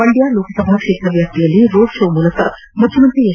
ಮಂಡ್ಯ ಲೋಕಸಭಾ ಕ್ಷೇತ್ರ ವ್ಯಾಪ್ತಿಯಲ್ಲಿ road show ಮೂಲಕ ಮುಖ್ಯಮಂತ್ರಿ ಎಚ್